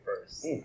first